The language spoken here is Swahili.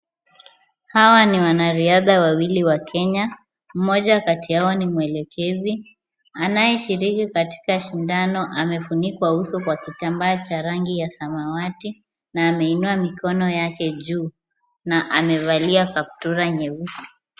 Hawa ni wanariadha wawili wa Kenya. Mmoja kati yao ni mwelekezi, anayeshiriki katika shindano amefunikwa uso kwa kitambaa cha rangi ya samawati na ameinua mikono yake juu na amevalia kaptura nyekundu.